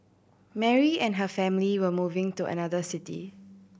Mary and her family were moving to another city